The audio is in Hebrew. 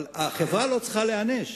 אבל החברה לא צריכה להיענש.